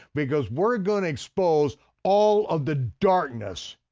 because we're going to expose all of the darkness,